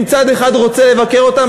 אם צד אחד רוצה לבקר אותם,